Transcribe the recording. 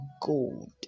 gold